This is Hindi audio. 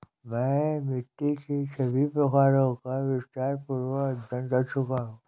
मैं मिट्टी के सभी प्रकारों का विस्तारपूर्वक अध्ययन कर चुका हूं